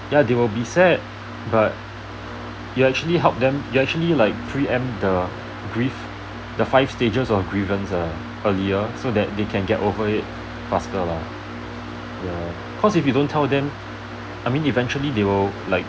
ya they will be sad but you actually help them you actually like pre empt the grieve the five stages of grievance uh earlier so that they can get over it faster lah ya cause if you don't tell them I mean eventually they will like